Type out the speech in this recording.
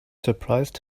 surprised